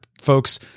folks